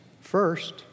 First